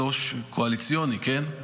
"קואליציוני" כן?